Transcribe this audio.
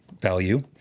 value